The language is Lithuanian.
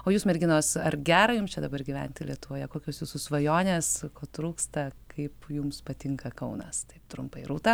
o jūs merginos ar gera jum čia dabar gyventi lietuvoje kokios jūsų svajonės ko trūksta kaip jums patinka kaunas trumpai rūta